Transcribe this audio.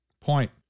Point